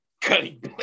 cutting